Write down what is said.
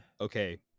Okay